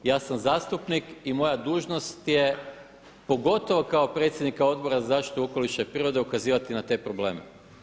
Ja sam zastupnik i moja dužnost je pogotovo kao predsjednika Odbora za zaštitu okoliša i prirode ukazivati na te probleme.